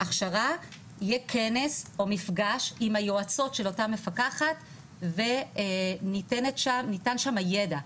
יהיה כנס או מפגש עם היועצות של אותה מפקחת וניתן שם הידע.